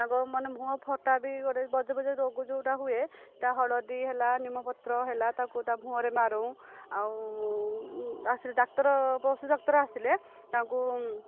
ତାଙ୍କ ମାନେ ମୁହଁ ଫଟା ବି ଗୋଟେ ବଜ ବଜିଆ ରୋଗ ଯେଉଁଟା ହୁଏ ତା' ହଳଦୀ ହେଲା ନିମପତ୍ର ହେଲା ତାକୁ ତା'ମୁହଁରେ ମାରୁ ଆଉ ଆସି ଡାକ୍ତର ପଶୁଡାକ୍ତର ଆସିଲେ ତାଙ୍କୁ